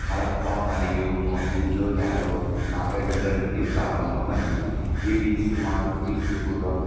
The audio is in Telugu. హరప్ప మరియు మొహంజోధారో నాగరికతల నుండి ప్రారంభమైంది ఇవి సుమారు క్రీస్తుపూర్వం